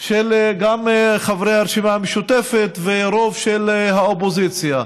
של חברי הרשימה המשותפות וגם רוב של האופוזיציה.